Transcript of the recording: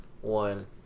one